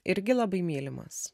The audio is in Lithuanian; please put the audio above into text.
irgi labai mylimas